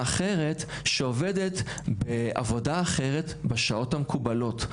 אחרת שעובדת בעבודה אחרת בשעות המקובלות,